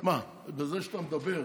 מה, בזה שאתה מדבר,